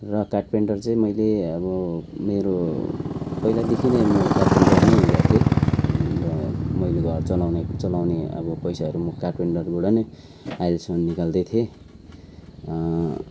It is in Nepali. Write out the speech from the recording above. र कारपेन्टर चाहिँ मैले अब मेरो पहिलादेखि नै म कारपेन्टर नै गर्थेँ र मैले घर चलाउने चलाउने अब पैसाहरू कारपेन्टरबाट नै आहिलेसम्म निकाल्दै थिएँ